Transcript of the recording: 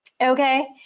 okay